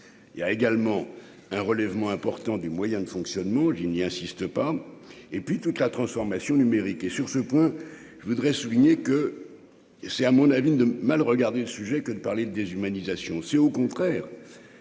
il y a également un relèvement important des moyens de fonctionnement n'y assiste pas et puis toute la transformation numérique et sur ce point, je voudrais souligner que c'est à mon avis, de mal regardé le sujet que de parler de déshumanisation, c'est au contraire